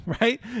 right